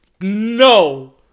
No